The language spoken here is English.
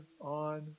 on